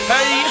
Hey